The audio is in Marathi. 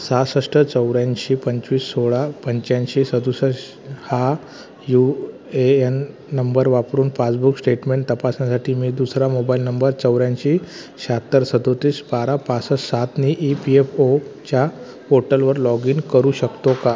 सहासष्ट चौऱ्याऐंशी पंचवीस सोळा पंच्याऐंशी सदुसष्ट हा यू ए यन नंबर वापरून पासबुक स्टेटमेंट तपासण्यासाठी मी दुसरा मोबाईल नंबर चौऱ्यांशी शहात्तर सदोतीस बारा पासष्ट सातनी इ पी एफ ओच्या पोर्टलवर लॉग इन करू शकतो का